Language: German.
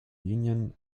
linien